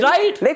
Right